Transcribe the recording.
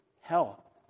hell